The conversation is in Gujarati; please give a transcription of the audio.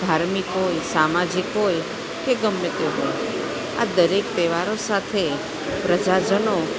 ધાર્મિક હોય સામાજિક હોય કે ગમે તે હોય આ દરેક તહેવારો સાથે પ્રજાજનો